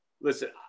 listen